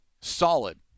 solid